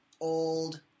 old